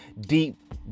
deep